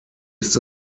ist